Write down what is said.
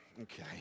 Okay